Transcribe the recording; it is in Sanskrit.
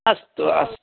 अस्तु अस्